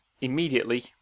immediately